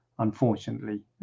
Unfortunately